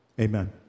Amen